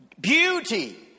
beauty